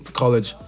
college